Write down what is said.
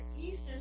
Easter